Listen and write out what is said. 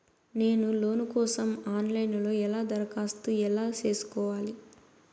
నేను లోను కోసం online లో ఎలా దరఖాస్తు ఎలా సేసుకోవాలి?